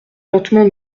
lentement